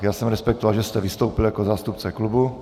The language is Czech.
Já jsem respektoval, že jste vystoupil jako zástupce klubu.